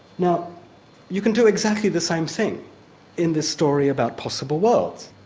now you can do exactly the same thing in the story about possible worlds,